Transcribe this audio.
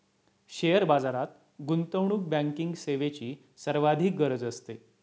share बाजारात गुंतवणूक banking सेवेची सर्वाधिक गरज असते